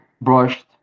brushed